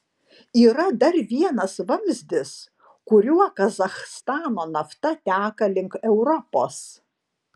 yra dar vienas vamzdis kuriuo kazachstano nafta teka link europos